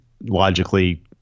logically